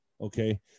Okay